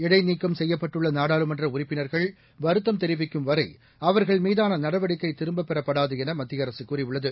இடைநீக்கம் செய்யப்பட்டுள்ள நாடாளுமன்ற உறுப்பிளர்கள் வருத்தம் தெரிவிக்கும் வரை அவர்கள் மீதான நடவடிக்கை திரும்பப் பெறப்படாது என மத்திய அரசு கூறியுள்ளது